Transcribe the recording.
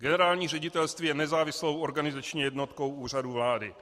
Generální ředitelství je nezávislou organizační jednotkou Úřadu vlády.